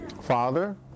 Father